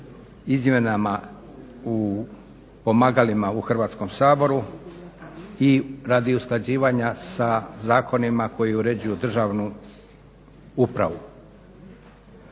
izmjenama u pomagalima u Hrvatskom saboru i radi usklađivanja sa Zakonima koji uređuju državnu upravu.